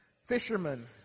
fishermen